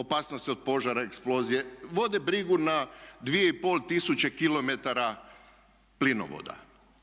opasnosti od požara, eksplozije, vode brigu na dvije i pol tisuće kilometara plinovoda.